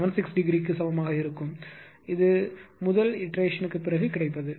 76 ° க்கு சமமாக இருக்கும் இது முதல் மறு செய்கைக்குப் பிறகு கிடைப்பது